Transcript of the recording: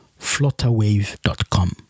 flutterwave.com